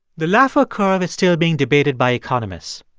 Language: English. the laffer curve is still being debated by economists.